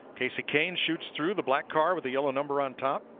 kasey kahne, shoots through the plaque car with the yellow number on top.